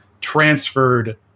transferred